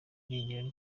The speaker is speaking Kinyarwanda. irengero